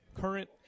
current